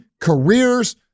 careers